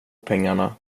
pengarna